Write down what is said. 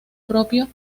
propio